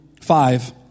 five